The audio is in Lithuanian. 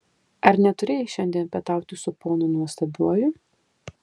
ar neturėjai šiandien pietauti su ponu nuostabiuoju